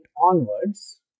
onwards